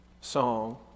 song